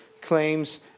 claims